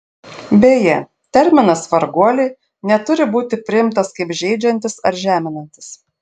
beje terminas varguoliai neturi būti priimtas kaip žeidžiantis ar žeminantis